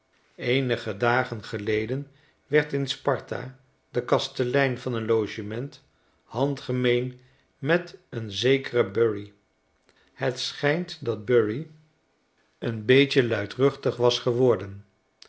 eenige dagen geleden werd in sparta de kastelein van een logement handgemeen met een zekeren bury het schijnt dat bury een beetje luidruchlig was geworden